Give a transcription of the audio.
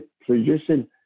producing